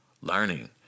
learning